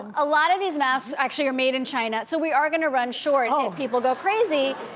a lot of these masks actually are made in china. so we are gonna run short. oh. if people go crazy.